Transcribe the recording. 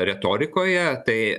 retorikoje tai